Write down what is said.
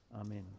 Amen